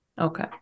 okay